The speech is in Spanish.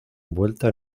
envuelta